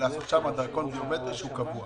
לעשות שם דרכון ביומטרי קבוע?